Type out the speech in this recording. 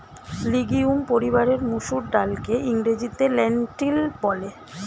legume পরিবারের মুসুর ডালকে ইংরেজিতে লেন্টিল বলে